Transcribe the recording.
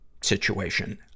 situation